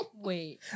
Wait